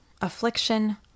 affliction